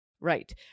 Right